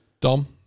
Dom